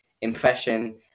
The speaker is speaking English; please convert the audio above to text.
impression